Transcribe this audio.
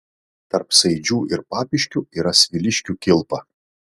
tarp saidžių ir papiškių yra sviliškių kilpa